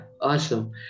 awesome